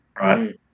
Right